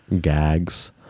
gags